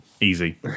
easy